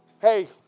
Hey